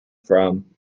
from